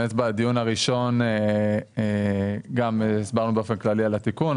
בעצם בדיון הראשון גם הסברנו באופן כללי על התיקון,